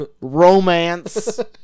romance